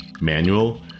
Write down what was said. manual